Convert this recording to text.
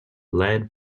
led